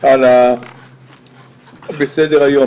על מי הוא מדבר?